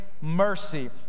Mercy